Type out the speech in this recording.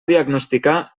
diagnosticar